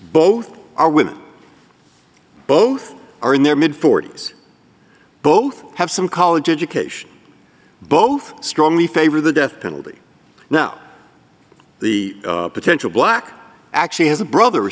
both are women both are in their mid forty's both have some college education both strongly favor the death penalty now the potential black actually has a brother